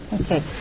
Okay